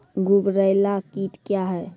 गुबरैला कीट क्या हैं?